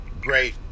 great